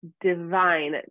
divine